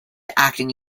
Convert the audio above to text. acting